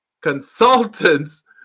consultants